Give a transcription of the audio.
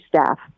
staff